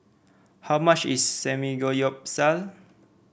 how much is Samgyeopsal